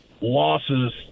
losses